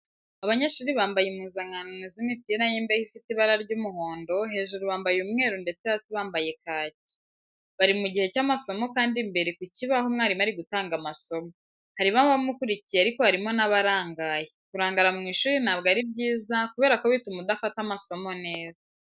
Abanyeshuri bambaye impuzankano z'imipira y'imbeho ifite ibara ry'umuhondo, hejuru bambaye umweru ndetse hasi bambaye kaki. Bari mu gihe cy'amasomo kandi imbere ku kibaho umwarimu ari gutanga amasomo. Harimo abamukurikiye ariko harimo n'abarangaye. Kurangara mu ishuri ntabwo ari byiza kubera ko bituma udafata amasomo neza.